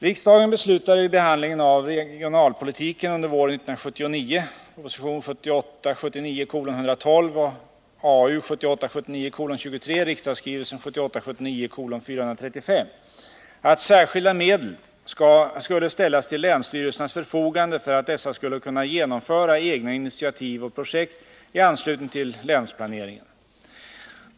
Riksdagen beslutade vid behandlingen av regionalpolitiken under våren 1979 att särskilda medel skulle ställas till länsstyrelsernas förfogande för att dessa skulle kunna genomföra egna initiativ och projekt i anslutning till länsplaneringen.